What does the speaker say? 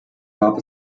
gab